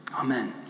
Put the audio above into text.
Amen